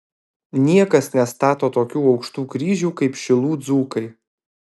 niekas nestato tokių aukštų kryžių kaip šilų dzūkai